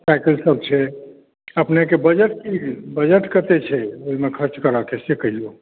cycle सभ छै अपनेकेँ बजट की बजट कतेक छै ओहिमे खर्च करऽके से कहियौ